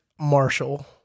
Marshall